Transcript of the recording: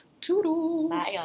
Toodles